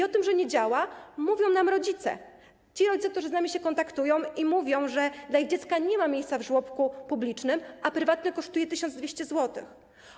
O tym, że nie działa, mówią nam rodzice, ci rodzice, którzy z nami się kontaktują i mówią, że dla ich dziecka nie ma miejsc w żłobku publicznym, a prywatny kosztuje 1200 zł.